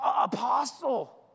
apostle